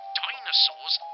dinosaurs